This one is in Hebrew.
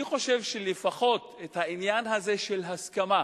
אני חושב שלפחות את העניין הזה של הסכמה,